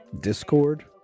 discord